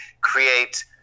create